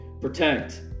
protect